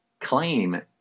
claim